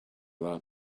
that